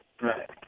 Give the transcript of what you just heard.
Right